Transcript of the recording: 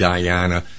Diana